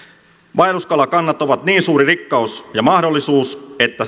vaelluskalakannat ovat niin suuri rikkaus ja mahdollisuus että